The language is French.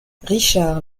richard